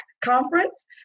Conference